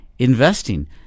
investing